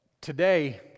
Today